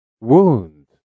Wound